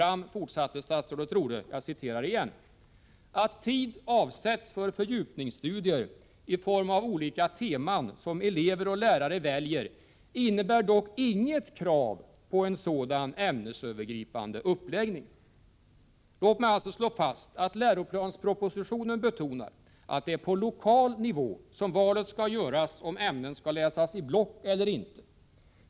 —-- Att tid avsätts för fördjupningsstudier i form av olika teman som elever och lärare väljer innebär dock inget krav på en sådan ämnesövergripande uppläggning.” Låt mig alltså slå fast att det i läroplanspropositionen betonas att det är på lokal nivå som val skall göras om ämnen skall läsas i block eller inte.